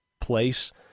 place